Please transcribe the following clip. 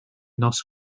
nos